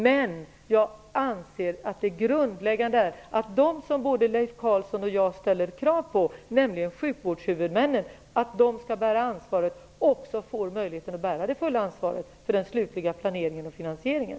Men jag anser att det grundläggande är att sjukvårdshuvudmännen, som både Leif Carlson och jag ställer krav på, skall bära ansvaret och att de också får möjligheten att bära det fulla ansvaret för den slutliga planeringen och finansieringen.